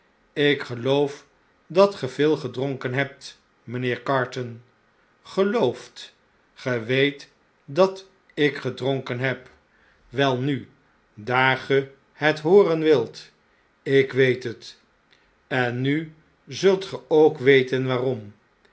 ik geloof dat ge veel gedronken hebt mijnheer carton gelooft ge w e e t dat ik gedronken heb welnu daar ge het hooren wilt ik weet het en nu zult ge ook weten waarom